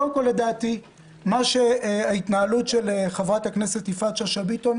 קודם כול לדעתי ההתנהלות של חברת הכנסת יפעת שאשא ביטון,